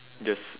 just